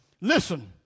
Listen